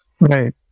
Right